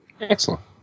Excellent